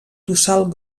tossal